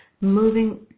moving